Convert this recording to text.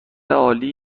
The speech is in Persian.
عالی